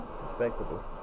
Respectable